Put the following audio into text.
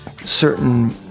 certain